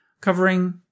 covering